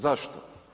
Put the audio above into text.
Zašto?